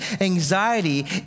anxiety